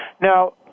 Now